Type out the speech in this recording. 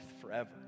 forever